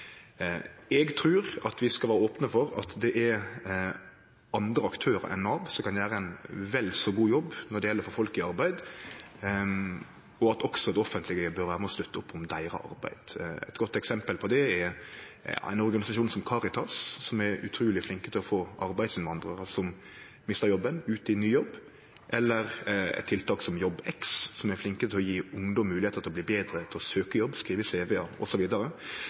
trur eg at vi skal vere opne for at det er andre aktørar enn Nav som kan gjere ein vel så god jobb når det gjeld å få folk i arbeid, og at også det offentlege bør vera med og slutte opp om deira arbeid. Eit godt eksempel på det er ein organisasjon som Caritas, som er utruleg flinke til å få arbeidsinnvandrarar som mistar jobben, ut i ny jobb, eller eit tiltak som JobbX, som er flinke til å gje ungdom moglegheiter til å bli betre til å søkje jobb, skrive